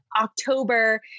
October